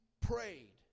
prayed